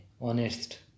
honest